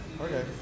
Okay